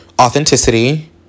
authenticity